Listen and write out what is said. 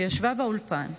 שישבה באולפן,